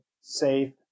safe